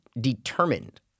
determined